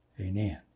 Amen